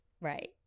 Right